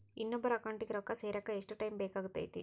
ಇನ್ನೊಬ್ಬರ ಅಕೌಂಟಿಗೆ ರೊಕ್ಕ ಸೇರಕ ಎಷ್ಟು ಟೈಮ್ ಬೇಕಾಗುತೈತಿ?